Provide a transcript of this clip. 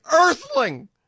earthling